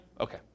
Okay